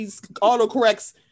autocorrects